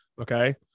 Okay